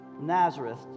Nazareth